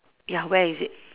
ya where is it